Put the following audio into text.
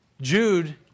Jude